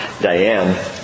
Diane